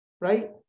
right